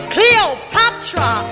Cleopatra